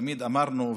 תמיד אמרנו,